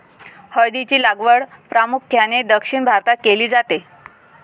हळद ची लागवड प्रामुख्याने दक्षिण भारतात केली जाते